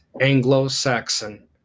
Anglo-Saxon